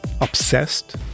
obsessed